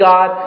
God